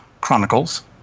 Chronicles